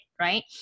right